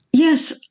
Yes